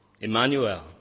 Emmanuel